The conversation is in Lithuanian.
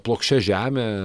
plokščia žemė